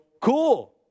cool